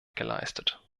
geleistet